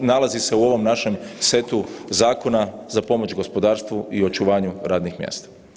nalazi se u ovom našem setu zakona za pomoć gospodarstvu i očuvanju radnih mjesta.